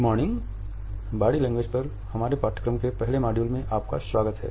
body language पर हमारे पाठ्यक्रम के पहले मॉड्यूल में आपका स्वागत है